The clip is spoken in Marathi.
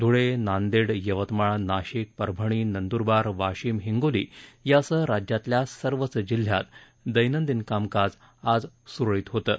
ध्ळे नांदेड यवतमाळ नाशिक परभणी नंद्रबार वाशिम हिंगोलीयासह राज्यातल्या सर्वच जिल्ह्यात दैनंदिन कामकाज आज सुरळीत होतं